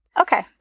Okay